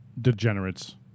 degenerates